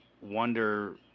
wonder